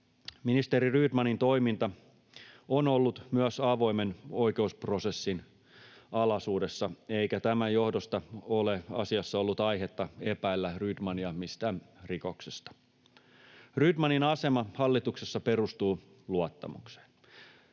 Ministeri Rydmanin toiminta on ollut myös avoimen oikeusprosessin alaisuudessa, eikä tämän johdosta ole asiassa ollut aihetta epäillä Rydmania mistään rikoksesta. Rydmanin asema hallituksessa perustuu luottamukseen.